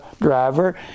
driver